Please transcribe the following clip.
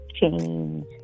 change